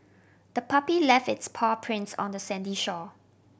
the puppy left its paw prints on the sandy shore